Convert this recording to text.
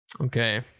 okay